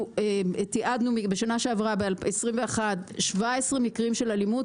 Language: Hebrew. תיעדנו ב-2021, 17 מקרים של אלימות.